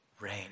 Rain